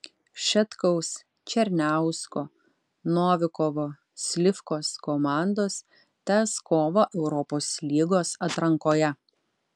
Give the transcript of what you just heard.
šetkaus černiausko novikovo slivkos komandos tęs kovą europos lygos atrankoje